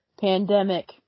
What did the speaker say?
pandemic